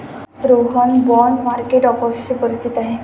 Rohan bond market ऑफर्सशी परिचित आहे